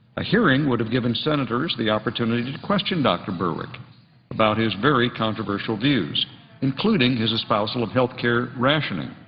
a hearing would have given senators the opportunity to question dr. berwick about his very controversial views including his espousal of health care rationing.